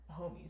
homies